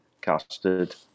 custard